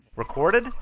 Recorded